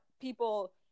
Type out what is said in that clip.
people